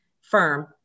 firm